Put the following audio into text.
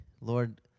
Lord